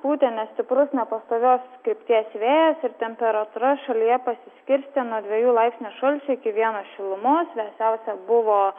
pūtė nestiprus nepastovios krypties vėjas ir temperatūra šalyje pasiskirstė nuo dviejų laipsnių šalčio iki vieno šilumos vėsiausia buvo